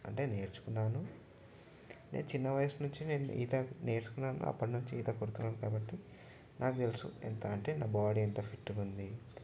అంటే నేర్చుకున్నాను నేను చిన్న వయసు నుంచి నేను ఈత నేర్చుకున్నాను అప్పటినుంచి ఈత కొడుతున్నాను కాబట్టి నాకు తెలుసు ఎంత అంటే నా బాడీ ఎంత ఫీట్గా ఉంది